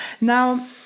Now